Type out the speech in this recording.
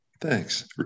thanks